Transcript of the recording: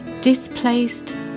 displaced